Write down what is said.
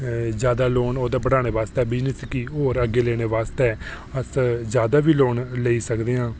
ते जादै लोन बढ़ानै आस्तै ते बिज़नेस गी अग्गै बधाने आस्तै ते अस जादा बी लोन लेई सकदे आं